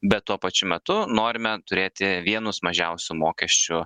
bet tuo pačiu metu norime turėti vienus mažiausių mokesčių